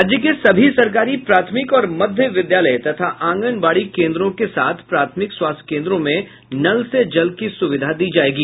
राज्य के सभी सरकारी प्राथमिक और मध्य विद्यालय तथा आंगनबाड़ी केंद्र के साथ प्राथमिक स्वास्थ्य केंद्रों में नल से जल की सुविधा दी जायेगी